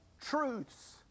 truths